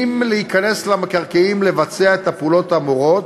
להיכנס למקרקעין לבצע את הפעולות האמורות,